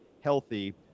healthy